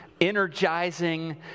energizing